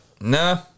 Nah